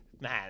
Man